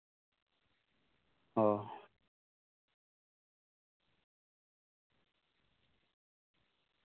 ᱚᱸᱻ